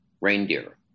reindeer